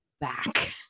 back